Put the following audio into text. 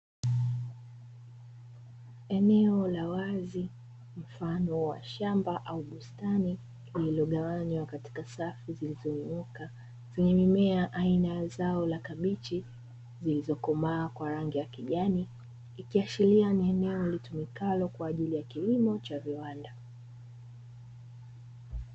Eneo la wazi mfano wa shamba au bustani lililogawanywa katika safu zilizonyooka, zenye mimea aina ya zao la kabichi zilizokomaa kwa rangi ya kijani, ikiashiria ni eneo litumikalo kwa ajili ya kilimo cha viwanda.